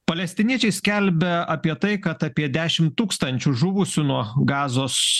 palestiniečiai skelbia apie tai kad apie dešim tūkstančių tūkstančių žuvusių nuo gazos